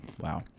Wow